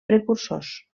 precursors